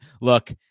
look